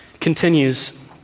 Continues